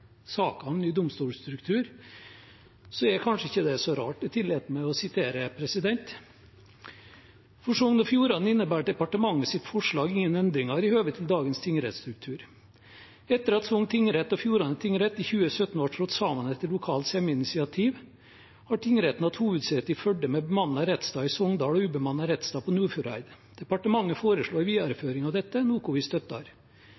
om ny domstolstruktur, er kanskje ikke det så rart. Jeg tillater meg å sitere: «For Sogn og Fjordane inneber departementet sitt forslag ingen endringar i høve til dagens tingrettsstruktur. Etter at Sogn tingrett og Fjordane tingrett i 2017 vart slått saman etter lokal semje og initiativ, har tingretten hatt hovudsete i Førde med bemanna rettsstad i Sogndal og ubemanna rettsstad på Nordfjordeid. Departementet foreslår